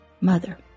mother